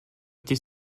été